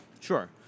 Sure